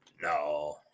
No